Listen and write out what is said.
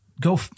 go